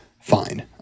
fine